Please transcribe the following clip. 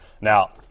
Now